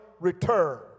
return